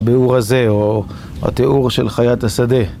ביאור הזה, או התיאור של חיית השדה.